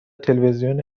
تلویزیون